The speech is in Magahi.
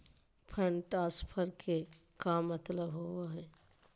फंड ट्रांसफर के का मतलब होव हई?